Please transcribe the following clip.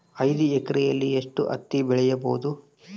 ಐದು ಎಕರೆಯಲ್ಲಿ ಎಷ್ಟು ಹತ್ತಿ ಬೆಳೆಯಬಹುದು?